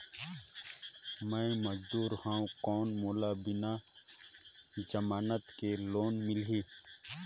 मे मजदूर हवं कौन मोला बिना जमानत के लोन मिलही?